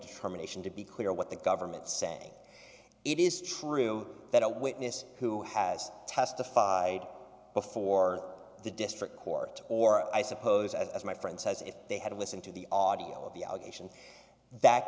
determination to be clear what the government say it is true that a witness who has testified before the district court or i suppose as my friend says if they had listened to the audio of the allegation that